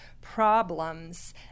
problems